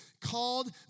called